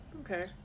Okay